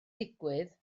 digwydd